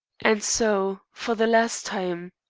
and so, for the last time,